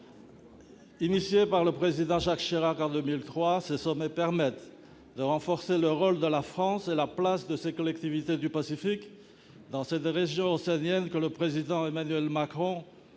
Initiés par le Président Chirac en 2003, ces sommets permettent de renforcer le rôle de la France et la place de ses collectivités du Pacifique dans cette région océanienne que le Président Emmanuel Macron